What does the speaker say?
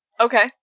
Okay